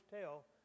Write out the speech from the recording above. tell